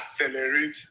accelerate